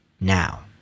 now